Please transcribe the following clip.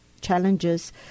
challenges